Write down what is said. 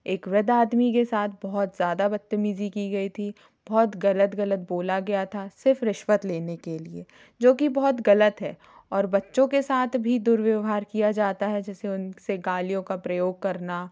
एक वृद्ध आदमी के साथ बहुत ज़्यादा बदतमीजी की गई थी बहुत गलत गलत बोला गया था सिर्फ रिश्वत लेने के लिए जो कि बहुत गलत है और बच्चों के साथ भी दुर्व्यवहार किया जाता है जैसे उनसे गालियों का प्रयोग करना